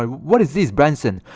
um what is this branson?